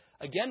Again